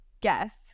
guess